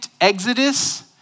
exodus